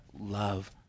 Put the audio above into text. love